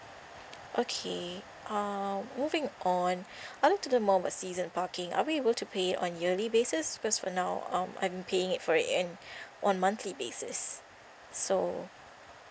okay uh moving on I'd like to know more about season parking are we able to pay on yearly basis cause for now um I'm paying it for it in on monthly basis so